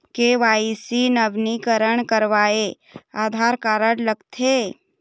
KYC नवीनीकरण करवाये Aadhaar card लगथे?